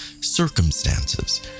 circumstances